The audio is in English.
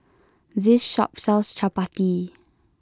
this shop sells Chappati